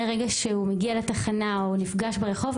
מהרגע שהוא מגיע לתחנה או נפגש ברחוב,